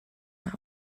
not